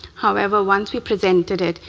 however, once we presented it,